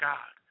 God